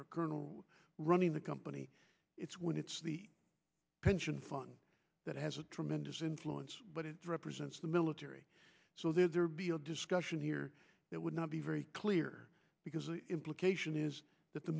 or colonel running the company it's when it's the pension fund that has a tremendous influence but it represents the military so there be a discussion here that would not be very clear because the implication is that the